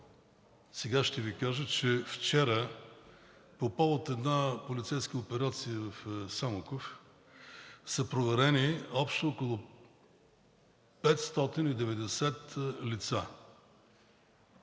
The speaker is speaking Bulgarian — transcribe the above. Сега ще Ви кажа, че вчера по повод на една полицейска операция в Самоков са проверени общо около 590 лица,